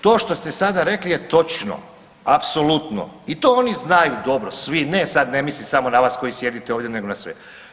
To što ste sada rekli je točno, apsolutno i to oni znaju dobro svi, ne sad ne mislim samo na vas koji sjedite ovdje nego na sve.